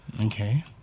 Okay